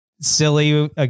silly